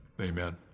Amen